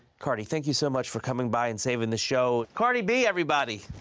cardi, thank you so much for coming by and savin' the show. cardi b, everybody!